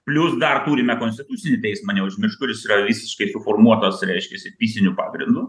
plius dar turime konstitucinį teismą neužmiršk kuris yra visiškai suformuotos reiškiasi fiziniu pagrindu